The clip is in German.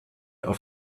auf